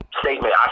statement